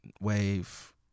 Wave